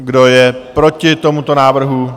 Kdo je proti tomuto návrhu?